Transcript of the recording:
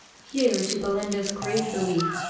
here, to belinda's great relief,